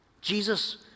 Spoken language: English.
Jesus